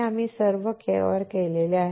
आम्ही हे सर्व कव्हर केले आहे